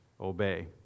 obey